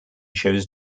shows